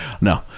No